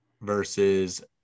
versus